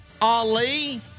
Ali